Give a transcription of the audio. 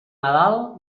nadal